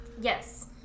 Yes